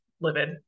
livid